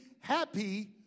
happy